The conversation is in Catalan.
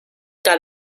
que